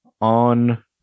On